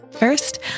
First